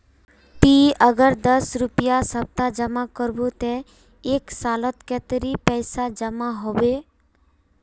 ती अगर दस रुपया सप्ताह जमा करबो ते एक सालोत कतेरी पैसा जमा होबे बे?